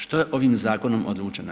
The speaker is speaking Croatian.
Što je ovim zakonom odlučeno?